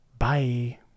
Bye